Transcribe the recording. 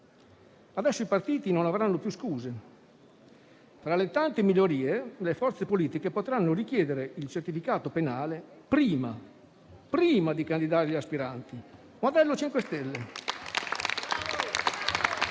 Adesso i partiti non avranno più scuse. Infatti, tra le tante migliorie, le forze politiche potranno richiedere il certificato penale prima di candidare gli aspiranti: modello 5 Stelle!